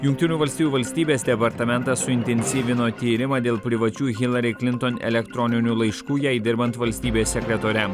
jungtinių valstijų valstybės departamentas suintensyvino tyrimą dėl privačių hilari klinton elektroninių laiškų jai dirbant valstybės sekretore